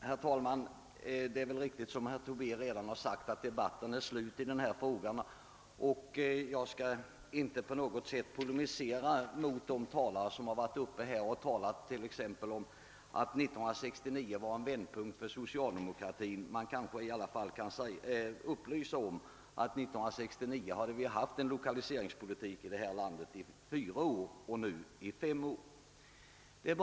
Herr talman! Det är väl riktigt, som herr Tobé redan sagt, att debatten är slut i denna fråga. Jag skall inte på något sätt polemisera mot de talare som exempelvis har uttalat att 1969 var en vändpunkt för socialdemokratin. Jag kanske ändå kan upplysa om att vi 1969 hade haft Ilokaliseringspolitik i vårt land under fyra år. Nu har vi haft den i fem år.